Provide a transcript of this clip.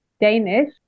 Danish